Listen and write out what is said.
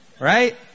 Right